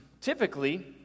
typically